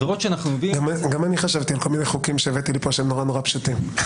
גם אני חשבתי על כל מיני חוקים שהבאתי לפה שהם נורא פשוטים,